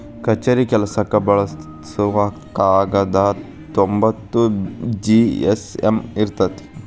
ಕಛೇರಿ ಕೆಲಸಕ್ಕ ಬಳಸು ಕಾಗದಾ ತೊಂಬತ್ತ ಜಿ.ಎಸ್.ಎಮ್ ಇರತತಿ